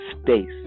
space